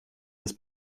des